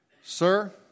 Sir